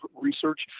research